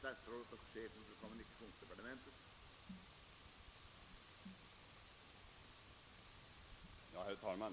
Herr talman!